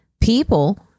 people